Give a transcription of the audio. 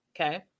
Okay